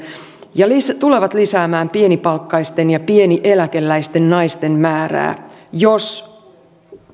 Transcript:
ja tulevat lisäämään pienipalkkaisten ja pienieläkeläisten naisten määrää jos